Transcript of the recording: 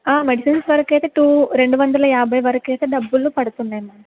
medicines వరకు అయితే two రెండు వందల యాభై వరకైతే డబ్బులు పడుతున్నాయి మ్యామ్